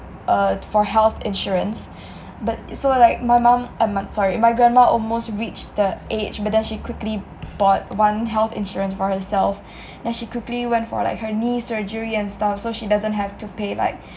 uh for health insurance but so like my mum um sorry my grandma almost reached the age but then she quickly bought one health insurance for herself then she quickly went for like her knee surgery and stuff so she doesn't have to pay like